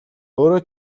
өөрөө